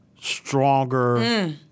stronger